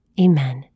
Amen